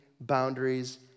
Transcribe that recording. boundaries